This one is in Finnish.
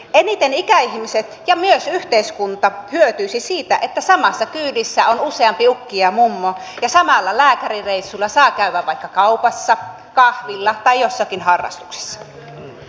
eniten ikäihmiset ja myös yhteiskunta hyötyisivät siitä että samassa kyydissä on useampi ukki ja mummo ja samalla lääkärireissulla saa käydä vaikka kaupassa kahvilla tai joissakin harrastuksissa